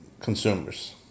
consumers